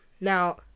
Now